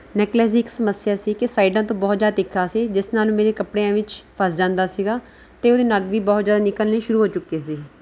necklace ਦੀ ਇੱਕ ਸਮੱਸਿਆ ਸੀ ਕਿ ਸਾਇਡਾਂ ਤੋਂ ਬਹੁਤ ਜ਼ਿਆਦਾ ਤਿੱਖਾ ਸੀ ਜਿਸ ਨਾਲ ਮੇਰੇ ਕੱਪੜਿਆਂ ਵਿੱਚ ਫਸ ਜਾਂਦਾ ਸੀਗਾ ਅਤੇ ਉਹਦੇ ਨਗ ਵੀ ਬਹੁਤ ਜ਼ਿਆਦਾ ਨਿਕਲਣੇ ਸ਼ੁਰੂ ਹੋ ਚੁੱਕੇ ਸੀ